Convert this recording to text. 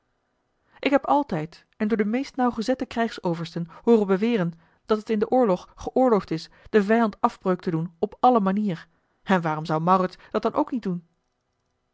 ik heb altijd en door de meest nauwgezette krijgsoversten hooren beweren dat het in den oorlog geoorloofd is den vijand afbreuk te doen op alle manier en waarom zou maurits dat dan ook niet doen